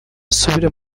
asubira